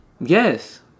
Yes